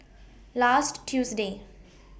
last Tuesday